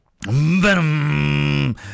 Venom